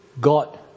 God